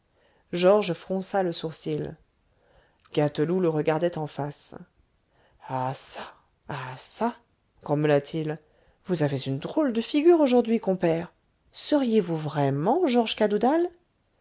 georges fronça le sourcil gâteloup le regardait en face ah ça ah ça grommela-t-il vous avez une drôle de figure aujourd'hui compère seriez-vous vraiment georges cadoudal